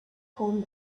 palm